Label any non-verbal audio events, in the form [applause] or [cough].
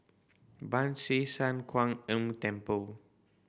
Ban Siew San Kuan [unintelligible] Temple